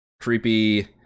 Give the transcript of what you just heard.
creepy